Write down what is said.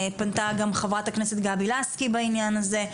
פנתה גם חברת הכנסת גבי לסקי בעניין הזה,